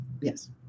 Yes